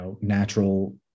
natural